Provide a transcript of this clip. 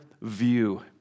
view